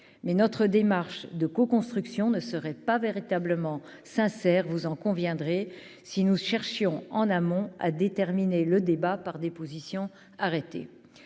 mais notre démarche de coconstruction ne serait pas véritablement sincère, vous en conviendrez, si nous cherchions en amont à déterminer le débat par des positions arrêtées,